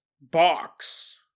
box